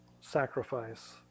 Sacrifice